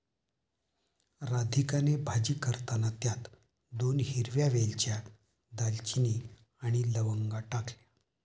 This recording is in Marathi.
राधिकाने भाजी करताना त्यात दोन हिरव्या वेलच्या, दालचिनी आणि लवंगा टाकल्या